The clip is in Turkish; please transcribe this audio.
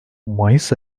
mayıs